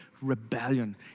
rebellion